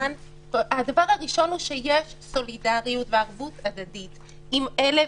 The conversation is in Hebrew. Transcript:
הדבר הראשון הוא שיש סולידריות וערבות הדדית עם אלה,